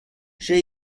j’ai